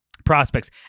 prospects